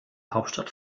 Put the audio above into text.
hauptstadt